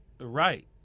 right